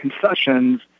concessions